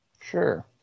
Sure